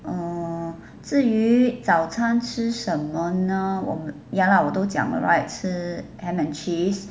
err 至于早餐吃什么呢 ya lah 我都讲了 right 吃 ham and cheese